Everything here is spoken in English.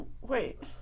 Wait